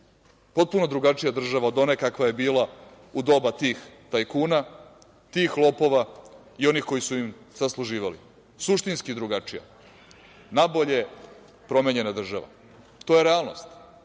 potpuno drugačija država od one kakva je bila u doba tih tajkuna, tih lopova i onih kojih su im sasluživali? Suštinski drugačija, nabolje promenjena država. To je realnost